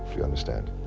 you understand?